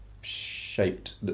shaped